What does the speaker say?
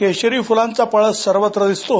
केशरी फुलांचा पळस सर्वत्र दिसतो